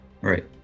Right